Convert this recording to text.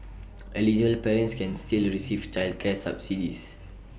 eligible parents can still receive childcare subsidies